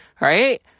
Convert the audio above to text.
right